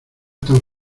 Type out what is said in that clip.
tan